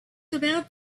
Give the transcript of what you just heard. about